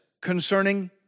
concerning